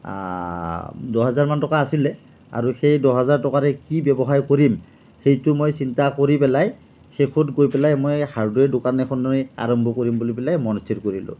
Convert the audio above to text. দহ হাজাৰমান টকা আছিলে আৰু সেই দহ হাজাৰ টকাৰে কি ব্যৱসায় কৰিম সেইটো মই চিন্তা কৰি পেলাই শেষত গৈ পেলাই মই হাৰ্ডৱেৰ দোকান এখনেই আৰম্ভ কৰিম বুলি পেলাই মনত স্থিৰ কৰিলোঁ